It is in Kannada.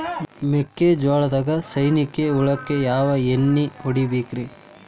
ಮೆಕ್ಕಿಜೋಳದಾಗ ಸೈನಿಕ ಹುಳಕ್ಕ ಯಾವ ಎಣ್ಣಿ ಹೊಡಿಬೇಕ್ರೇ?